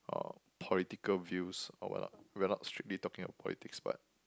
uh political views or what uh we're not strictly talking politics but